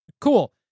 Cool